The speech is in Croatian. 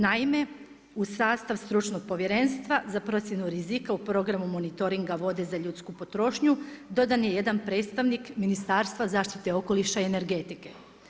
Naime, u sastav stručnog povjerenstva za procjenu rizika, u programu monitoringa vode, za ljudsku potrošnju, dodan je jedan predstavnik Ministarstva zaštite okoliša i energetike.